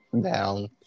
Down